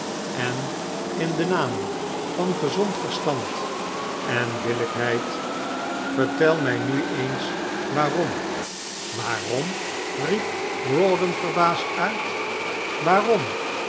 en in den naam van gezond verstand en billijkheid vertel mij nu eens waarom waarom riep rawdon verbaasd uit waarom